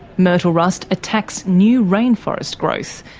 myrtle rust attacks new rainforest growth,